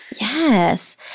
Yes